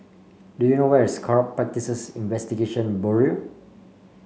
do you know where is Corrupt Practices Investigation Bureau